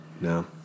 No